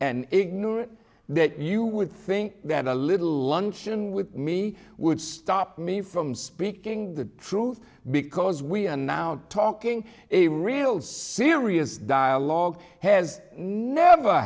and ignorant that you would think that a little luncheon with me would stop me from speaking the truth because we are now talking a real serious dialogue has never